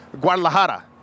Guadalajara